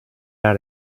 out